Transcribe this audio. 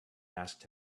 asked